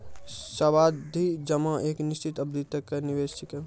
सावधि जमा एक निश्चित अवधि तक के निवेश छिकै